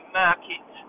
market